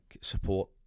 support